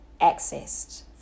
accessed